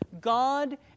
God